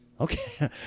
Okay